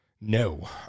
no